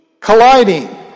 colliding